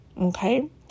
okay